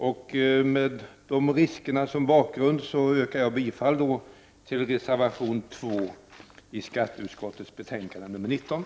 2 ; udsmannen Mot bakgrund av de riskerna yrkar jag bifall till reservation 2, som är fo — ?C/ Statens prisoch konkurrensverk